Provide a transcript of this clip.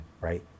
right